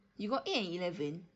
you got eight and eleven